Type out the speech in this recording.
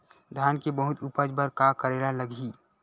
धान के बहुत उपज बर का करेला लगही?